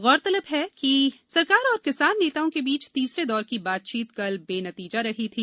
गौरतलब है कि सरकार और किसान नेताओं के बीच तीसरे दौर की बातचीत कल बेनतीजा रही थी